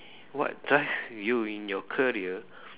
what drive you in your career